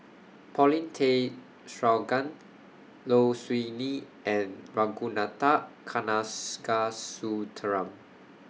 Paulin Tay Straughan Low Siew Nghee and Ragunathar Kanagasuntheram